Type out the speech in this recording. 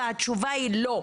והתשובה היא לא.